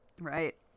right